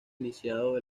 iniciado